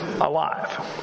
alive